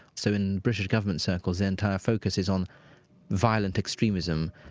so in british government circles, the entire focus is on violent extremism.